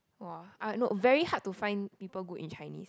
!wah! uh no very hard to find people good in Chinese